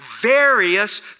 various